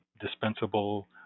dispensable